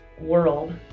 world